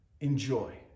enjoy